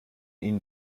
ihn